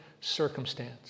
circumstance